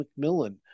McMillan